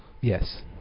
Yes